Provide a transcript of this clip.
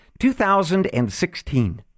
2016